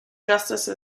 justice